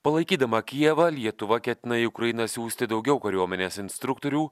palaikydama kijevą lietuva ketina į ukrainą siųsti daugiau kariuomenės instruktorių